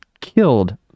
killed